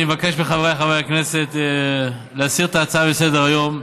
אני מבקש מחבריי חברי הכנסת להסיר את ההצעה מסדר-היום.